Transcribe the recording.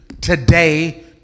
today